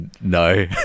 No